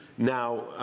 Now